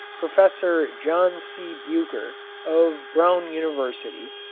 professor john c. bucher, of brown university,